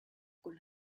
con